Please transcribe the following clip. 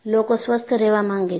લોકો સ્વસ્થ રહેવા માંગે છે